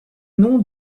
nom